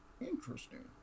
interesting